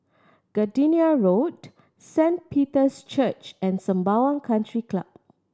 Gardenia Road Saint Peter's Church and Sembawang Country Club